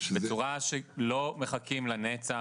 בצורה שלא מחכים לנצח,